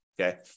okay